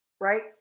right